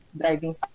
driving